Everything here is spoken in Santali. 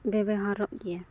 ᱵᱮᱵᱚᱦᱟᱨᱚᱜ ᱜᱮᱭᱟ